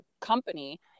Company